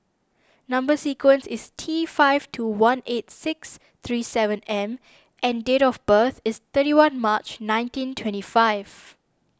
Number Sequence is T five two one eight six three seven M and date of birth is thirty one March nineteen twenty five